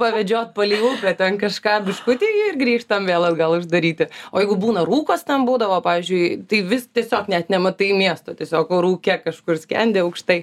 pavedžiot palei upę ten kažką biškutį ir grįžtam vėl atgal uždaryti o jeigu būna rūkas ten būdavo pavyzdžiui tai vis tiesiog net nematai miesto tiesiog o rūke kažkur skendi aukštai